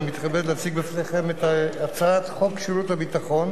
אני מתכבד להציג בפניכם את הצעת חוק שירות ביטחון